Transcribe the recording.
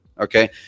okay